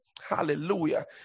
hallelujah